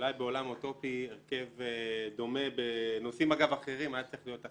אולי בעולם אוטופי הרכב דומה בנושאים אחרים היה צריך להיות אחר.